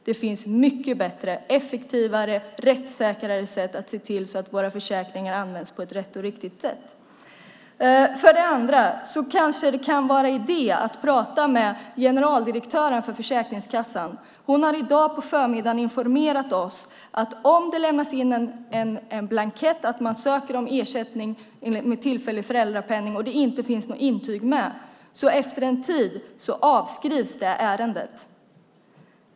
Det finns mycket bättre, effektivare och mer rättssäkra sätt att se till att våra försäkringar används på ett rätt och riktigt sätt. Det kanske kan vara idé att prata med generaldirektören för Försäkringskassan. Hon har i dag på förmiddagen informerat oss om att om det lämnas in en blankett om att man ansöker om ersättning med tillfällig föräldrapenning och det inte finns något intyg med avskrivs efter en tid det ärendet.